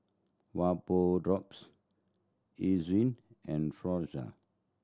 Vapodrops and